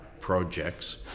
projects